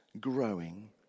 growing